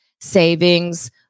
savings